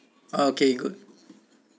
okay good